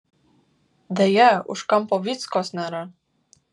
deja už kampo vyckos nėra